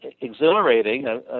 exhilarating